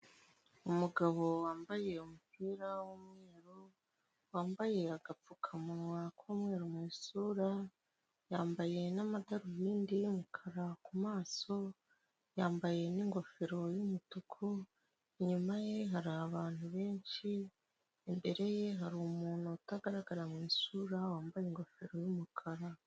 Umugabo wambaye umupira w'umweru wambaye agapfukamunwa k'umweru mu isura, yambaye n'amadarubindi y'umukara ku maso, yambaye n'ingofero y'umutuku, inyuma ye hari abantu benshi, imbere ye hari umuntu utagaragara mu isura, wambaye ingofero y'umukara.